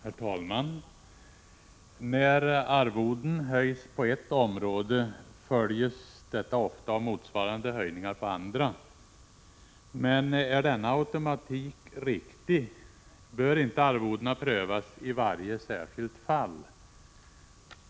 Herr talman! När arvoden höjs på ett område följs detta ofta av motsvarande höjningar på andra områden. Men är denna automatik riktig? Bör inte arvodena prövas i varje särskilt fall?